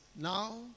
Now